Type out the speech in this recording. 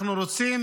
אנחנו רוצים